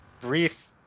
brief